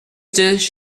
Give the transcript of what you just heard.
dish